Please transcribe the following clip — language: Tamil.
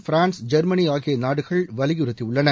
பிரான்ஸ் ஜெர்மனி ஆகிய நாடுகள் வலியுறுத்தியுள்ளன